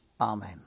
Amen